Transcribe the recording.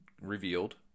revealed